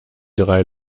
drei